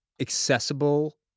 accessible